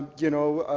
you know,